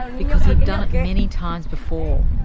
because he'd done it many times before.